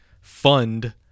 fund